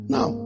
Now